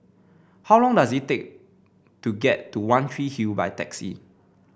how long does it take to get to One Tree Hill by taxi